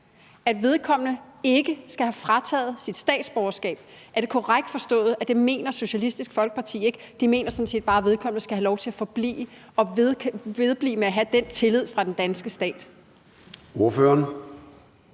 en dom for det, ikke skal have frataget sit statsborgerskab. Er det korrekt forstået, at det mener Socialistisk Folkeparti ikke, men at de sådan set bare mener, at vedkommende skal have lov til at forblive og vedblive med at blive vist den tillid fra den danske stat?